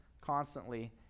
constantly